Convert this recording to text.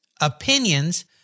opinions